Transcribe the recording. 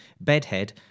Bedhead